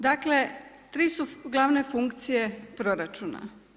Dakle tri su glavne funkcije proračuna.